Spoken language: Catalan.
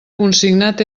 consignat